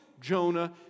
Jonah